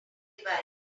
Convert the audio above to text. devices